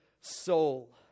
soul